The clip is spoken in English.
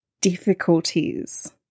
difficulties